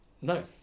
No